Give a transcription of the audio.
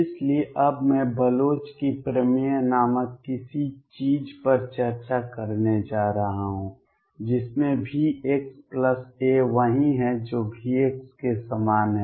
इसलिए अब मैं बलोच की प्रमेय नामक किसी चीज़ पर चर्चा करने जा रहा हूँ जिसमें Vxa वही है जो V के समान है